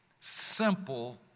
simple